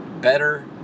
better